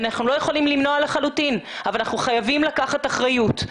אנחנו לא יכולים למנוע לחלוטין אבל אנחנו חייבים לקחת אחריות.